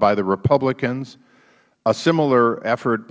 by the republicans a similar effort